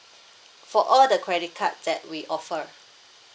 for all the credit card that we offer